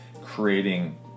creating